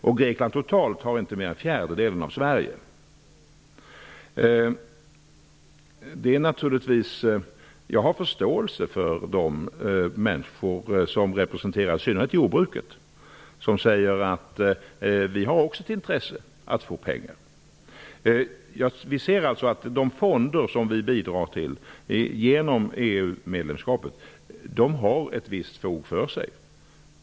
I Grekland totalt är BNP per capita inte mer än en fjärdedel av den i Sverige. Jag har förståelse i synnerhet för representanter för jordbruket i sådana länder när de säger att de har ett intresse av att få pengar. Vi ser alltså att de fonder som vi bidrar till genom EU-medlemskapet har ett visst fog för sig.